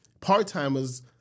part-timers